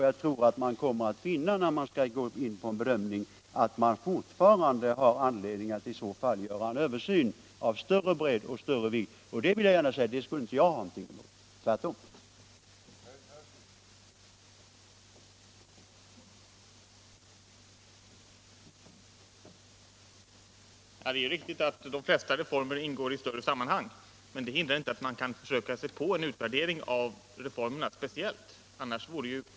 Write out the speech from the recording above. Jag tror att man kommer att finna, när man skall gå in på en bedömning, att man fortfarande har anledning att göra en översyn av större bredd. Och jag vill gärna säga att det skulle inte jag ha någonting emot, tvärtom.